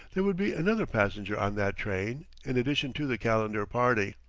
there would be another passenger on that train, in addition to the calendar party.